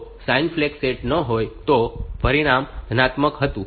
તેથી જો sign flag set ન હોય તો પરિણામ ધનાત્મક હતું